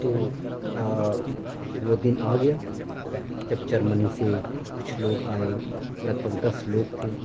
تو وہ دن آ گیا جب جرمنی سے کچھ لوگ آئے لگ بھگ دس لوگ تھے